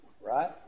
right